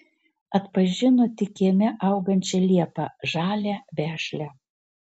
atpažino tik kieme augančią liepą žalią vešlią